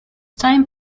time